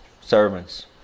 servants